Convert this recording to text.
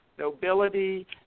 Nobility